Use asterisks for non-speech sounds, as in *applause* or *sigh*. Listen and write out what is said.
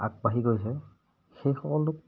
আগবাঢ়ি গৈছে সেই *unintelligible*